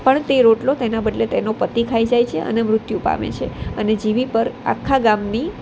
પણ તે રોટલો તેના બદલે તેનો પતિ ખાઈ જાય છે અને મૃત્યુ પામે છે અને જીવી પર આખા ગામની